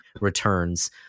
returns